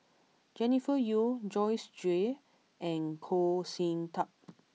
Jennifer Yeo Joyce Jue and Goh Sin Tub